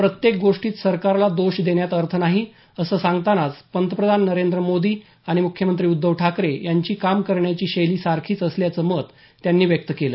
प्रत्येक गोष्टीत सरकारला दोष देण्यात अर्थ नाही असं सांगतानाच पंतप्रधान नरेंद्र मोदी आणि मुख्यमंत्री ठाकरे यांची काम करण्याची शैली सारखीच असल्याचं मत त्यांनी व्यक्त केलं